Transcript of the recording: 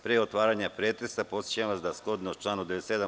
Pre otvaranja pretresa, podsećam vas da, shodno članu 97.